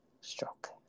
stroke